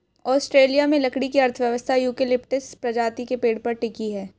Australia में लकड़ी की अर्थव्यवस्था यूकेलिप्टस प्रजाति के पेड़ पर टिकी है